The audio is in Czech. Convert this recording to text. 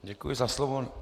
Děkuji za slovo.